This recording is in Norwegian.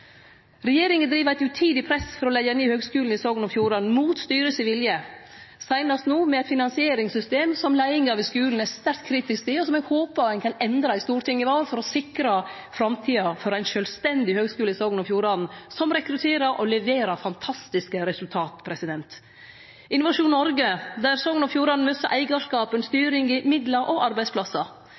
Regjeringa driv eit utidig press for å leggje ned Høgskulen i Sogn og Fjordane mot styrets vilje, seinast no med eit finansieringssystem som leiinga ved skulen er sterkt kritisk til, og som eg håpar ein kan endre i Stortinget i vår for å sikre framtida for ein sjølvstendig høgskule i Sogn og Fjordane, som rekrutterer og leverer fantastiske resultat. Når det gjeld Innovasjon Noreg, mister Sogn og Fjordane eigarskapen, styringa, midlar og arbeidsplassar.